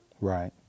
Right